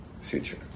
future